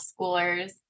schoolers